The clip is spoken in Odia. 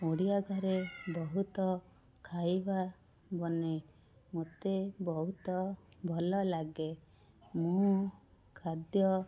ଓଡ଼ିଆ ଘରେ ବହୁତ ଖାଇବା ବନେ ମୋତେ ବହୁତ ଭଲ ଲାଗେ ମୁଁ ଖାଦ୍ୟ